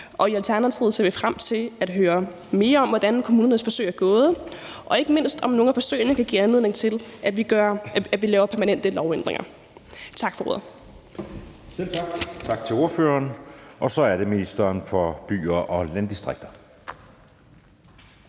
og i Alternativet ser vi frem til at høre mere om, hvordan kommunernes forsøg er gået, og ikke mindst, om nogle af forsøgene kan give anledning til, at vi laver permanente lovændringer. Tak for ordet. Kl. 12:28 Anden næstformand (Jeppe